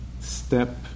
step